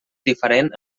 diferent